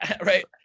Right